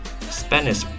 Spanish